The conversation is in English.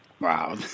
Wow